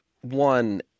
One